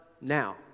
now